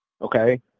Okay